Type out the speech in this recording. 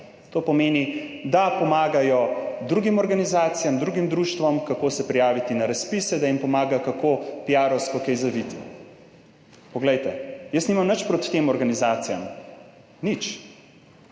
To pomeni, da pomagajo drugim organizacijam, drugim društvom, kako se prijaviti na razpise, da jim pomagajo, kako piarovsko kaj zaviti. Poglejte, jaz nimam nič proti tem organizacijam, nič,